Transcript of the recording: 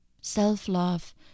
Self-love